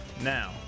Now